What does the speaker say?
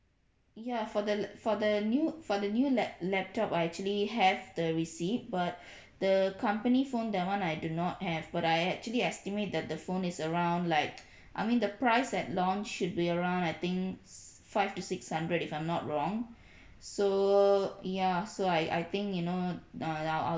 ya for the for the new for the new lap laptop I actually have the receipt but the company phone that one I do not have but I had actually estimate that the phone is around like I mean the price that launched should be around I think five to six hundred if I'm not wrong so ya so I I think you know uh I'll I'll